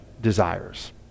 desires